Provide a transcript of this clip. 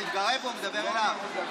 שלא ידבר איתי, שידבר לרב שלו.